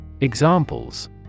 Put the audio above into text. Examples